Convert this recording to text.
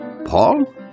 Paul